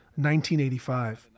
1985